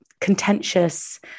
contentious